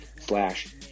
slash